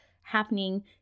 happening